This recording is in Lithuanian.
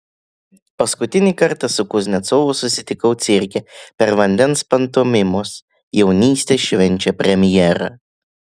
paskutinį kartą su kuznecovu susitikau cirke per vandens pantomimos jaunystė švenčia premjerą